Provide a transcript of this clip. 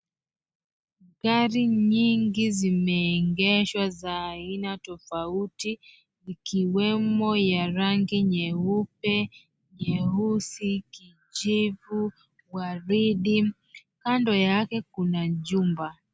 Gari nyingi zimeegeshwa za aina tofauti ikiwemo ya rangi nyeupe, nyeusi, kijivu, gwaride kando yake kuna jumba.